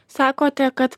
sakote kad